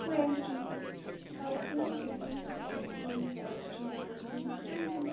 twenty thirty fifteen sixteen seventeen eighteen nineteen